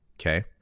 okay